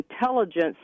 intelligence